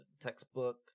textbook